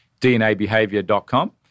dnabehavior.com